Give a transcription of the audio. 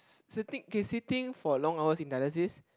sitting okay sitting for long hours in dialysis